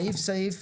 סעיף סעיף,